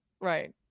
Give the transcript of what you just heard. right